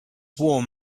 warm